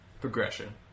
progression